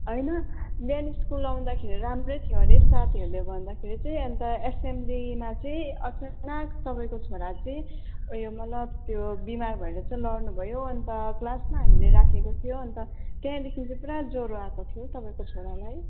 होइन बिहान स्कुल आउँदाखेरि राम्रै थियो अरे साथीहरूले भन्दाखेरि चाहिँ अन्त एसेम्बलीमा चाहिँ अचानक तपाईँको छोरा चाहिँ उयो मतलब त्यो बिमार भएर चाहिँ लड्नुभयो अन्त क्लासमा हामीले राखेको थियो अन्त त्यहाँदेखिको पुरा ज्वरो आएको थियो तपाईँको छोरालाई